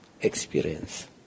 experience